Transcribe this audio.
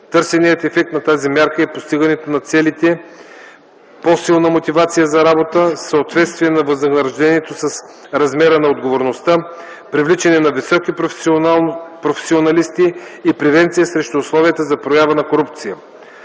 Търсеният ефект на тази мярка е постигането на целите: по-силна мотивация за работа, съответствие на възнаграждението с размера на отговорността, привличане на високи професионалисти и превенция срещу условия за проява на корупция.